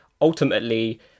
ultimately